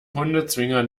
hundezwinger